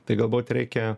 tai galbūt reikia